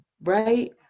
Right